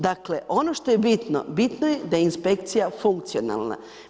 Dakle, ono što je bitno, bitno je da je inspekcija funkcionalna.